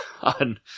on